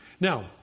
Now